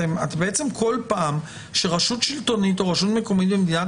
כל פעם שרשות שלטונית או רשות מקומית במדינת